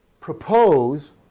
propose